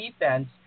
defense